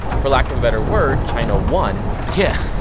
for lack of a better word, china won. yeah.